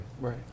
Right